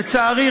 לצערי,